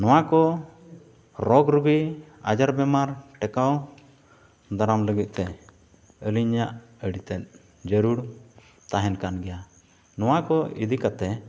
ᱱᱚᱣᱟ ᱠᱚ ᱨᱳᱜᱽ ᱨᱩᱜᱤ ᱟᱡᱟᱨ ᱵᱮᱢᱟᱨ ᱴᱮᱠᱟᱣ ᱫᱟᱨᱟᱢ ᱞᱟᱹᱜᱤᱫᱼᱛᱮ ᱟᱹᱞᱤᱧᱟᱜ ᱟᱹᱰᱤᱛᱮᱫ ᱡᱟᱹᱨᱩᱲ ᱛᱟᱦᱮᱱ ᱠᱟᱱ ᱜᱮᱭᱟ ᱱᱚᱣᱟ ᱠᱚ ᱤᱫᱤ ᱠᱟᱛᱮ